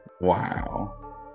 wow